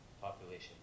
population